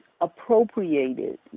appropriated